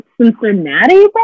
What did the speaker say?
Cincinnati